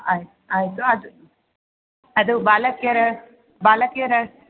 ಆಯ್ತು ಆಯಿತು ಅದು ಅದು ಬಾಲಕಿಯರ ಬಾಲಕಿಯರ